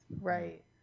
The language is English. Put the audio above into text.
Right